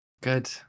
Good